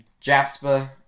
Jasper